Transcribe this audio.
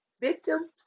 Victims